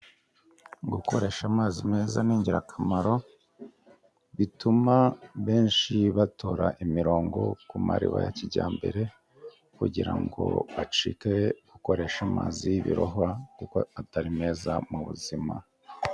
Gukoresha amazi meza ni ingirakamaro, bituma benshi batora imirongo ku mariba ya kijyambere, kugira ngo bacike gukoresha amazi y'ibirohwa, kuko atari meza mu buzima.